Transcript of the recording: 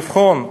לבחון,